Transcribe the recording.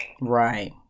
Right